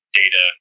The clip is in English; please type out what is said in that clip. data